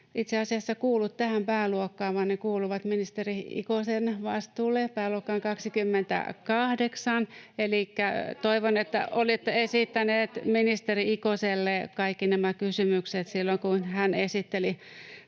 itse asiassa kuulu tähän pääluokkaan, vaan ne kuuluvat ministeri Ikosen vastuulle pääluokkaan 28. Elikkä toivon, että olette esittäneet ministeri Ikoselle kaikki nämä kysymykset silloin, kun hän esitteli